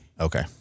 Okay